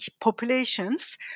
populations